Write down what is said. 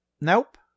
Nope